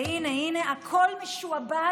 והינה, הינה, הכול משועבד